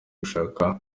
gushaka